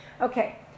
Okay